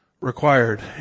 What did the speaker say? Required